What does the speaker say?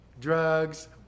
drugs